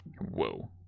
Whoa